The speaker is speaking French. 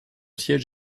siège